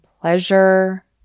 pleasure